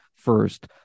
first